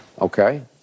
Okay